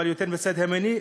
אבל יותר מהצד הימני,